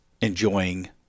enjoying